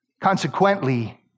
Consequently